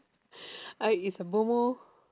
I is a bomoh